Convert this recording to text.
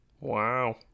Wow